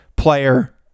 player